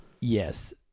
yes